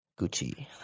Gucci